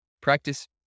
Practice